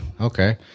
Okay